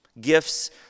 gifts